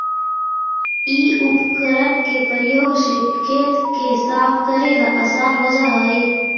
इ उपकरण के प्रयोग से खेत के साफ कऽरेला असान हो जा हई